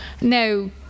Now